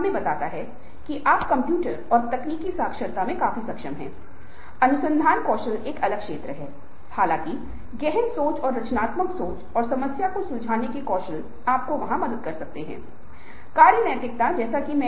इसलिए सफलता की आवश्यकता और लक्ष्य की पहचान से पहल करना एक कदम है जो ग्रामीण क्षेत्रों में सूक्ष्म नियोजन के कारण भी है और जो हमने बताया है कि प्रेरणा सिर्फ मनोवैज्ञानिक नहीं है बल्कि जैव रासायनिक भी है